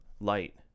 light